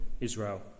Israel